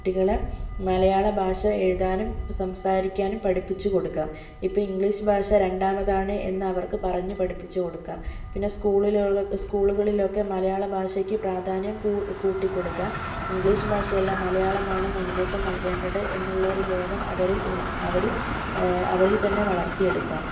കുട്ടികളെ മലയാളഭാഷ എഴുതാനും സംസാരിക്കാനും പഠിപ്പിച്ചു കൊടുക്കാം ഇപ്പോൾ ഇംഗ്ലീഷ് ഭാഷ രണ്ടാമതാണ് എന്ന് അവര്ക്ക് പറഞ്ഞു പഠിപ്പിച്ചു കൊടുക്കാം പിന്നെ സ്കൂളിലൂടൊക്കെ സ്കൂളുകളില് ഒക്കെ മലയാളഭാഷയ്ക്ക് പ്രധാന്യം കൂ കൂട്ടി കൊടുക്കാം ഇംഗ്ലീഷ് ഭാഷയല്ല മലയാളമാണ് മുന്തൂക്കം നൽകേണ്ടത് എന്നുള്ള ബോധം അവരില് ഉന് അവരില് അവരില് തന്നെ വളര്ത്തിയെടുക്കാം